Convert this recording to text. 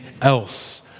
else